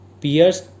Piers